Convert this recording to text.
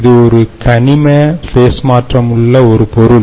இது ஒரு கனிம ஃபேஸ் மாற்றம் உள்ள ஒரு பொருள்